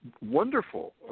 wonderful